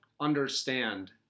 understand